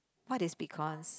what is becons